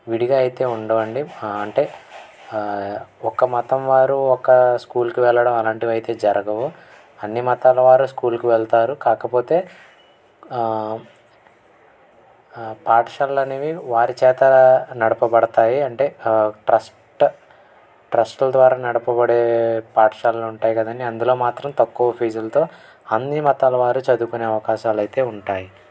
విడిగా అయితే ఉండవండి అంటే ఒక మతం వారు ఒక స్కూల్కి వెళ్ళడం అలాంటి అయితే జరగవు అన్ని మతాల వారు స్కూల్కి వెళ్తారు కాకపోతే పాఠశాలలు అనేవి వారి చేత నడపబడతాయి అంటే ట్రస్ట్ ట్రస్ట్ల ద్వారా నడపబడే పాఠశాలు ఉంటాయి కదండి అందులో మాత్రం తక్కువ ఫీజులతో అన్నీ మతాల వారు చదువుకునే అవకాశాలు అయితే ఉంటాయి